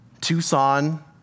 Tucson